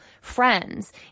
friends